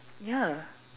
ya